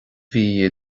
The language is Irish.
bhí